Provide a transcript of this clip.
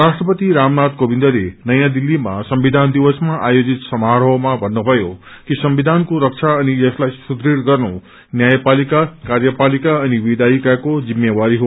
राष्ट्रपति रामनाथ कोविन्दले नयाँ दिललीमा संविधानदिवसमा आयोजित समारोहमा भन्नुष्जयो कि संविधानको रक्षा अनि यसलाई सुदुढ़ गर्नु न्यायपालिका कार्यपालिका अनि विधायिकाको जिम्मेवारी हो